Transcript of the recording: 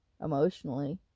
Emotionally